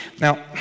Now